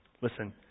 Listen